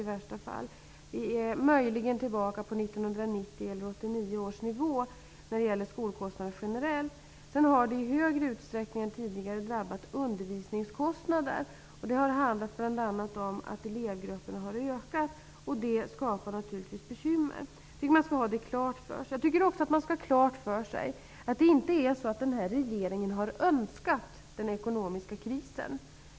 Möjligen är vi tillbaka på 1990 eller 1989 års nivå när det gäller skolkostnaderna generellt. Sedan har undervisningskostnaderna i större utsträckning än tidigare drabbats. Det har bl.a. handlat om att elevgrupperna har blivit större, och det skapar naturligtvis bekymmer. Jag tycker att man skall ha detta klart för sig. Jag tycker också att man skall ha klart för sig att det inte är så, att den här regeringen har önskat denna ekonomiska kris.